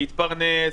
להתפרנס,